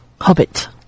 Hobbit